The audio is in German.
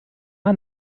man